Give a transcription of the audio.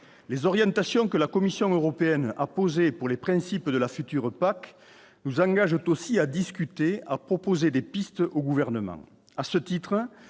les orientations que la Commission européenne a posé pour les principes de la future PAC nous engage aussi à discuter, à proposer des pistes au gouvernement,